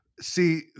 see